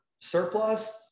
surplus